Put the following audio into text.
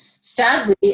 sadly